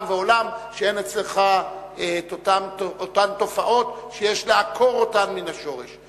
ועולם שאין אצלך אותן תופעות שיש לעקור אותן מן השורש.